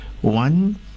One